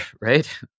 right